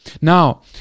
Now